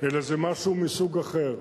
אלא זה משהו אחר.